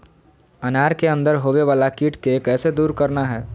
अनार के अंदर होवे वाला कीट के कैसे दूर करना है?